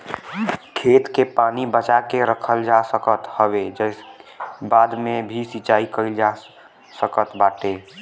खेत के पानी बचा के रखल जा सकत हवे जेसे बाद में भी सिंचाई कईल जा सकत बाटे